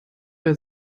bei